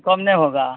کم نہیں ہوگا